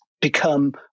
become